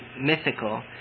mythical